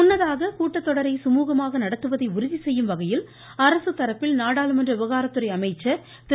முன்னதாக கூட்டத்தொடரை சுமூகமாக நடத்துவதை உறுதிசெய்யும் அரசு தரப்பில் நாடாளுமன்ற விவகாரத்துறை அமைச்சர் வகையில் திரு